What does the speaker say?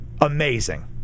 Amazing